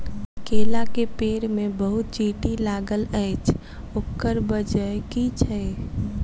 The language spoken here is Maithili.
केला केँ पेड़ मे बहुत चींटी लागल अछि, ओकर बजय की छै?